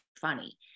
funny